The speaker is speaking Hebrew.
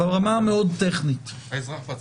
האזרח עצמו.